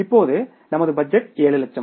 இப்போது நமது பட்ஜெட் 7 லட்சம்